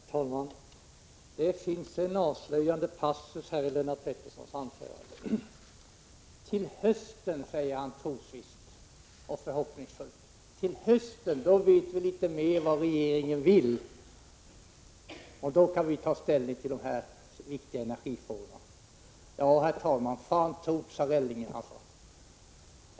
Herr talman! Det finns en avslöjande passus i Lennart Petterssons anförande. Till hösten, säger han trosvisst och förhoppningsfullt, vet vi litet mer vad regeringen vill, och då kan vi ta ställning till de viktiga energifrågorna. Ja, herr talman, ”fan tro't, sa Relling”.